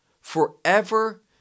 forever